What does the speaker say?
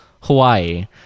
Hawaii